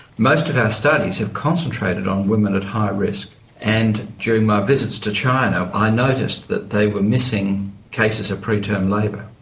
most of our studies have concentrated on women at high risk and during my visits to china i noticed that they were missing cases of preterm labour.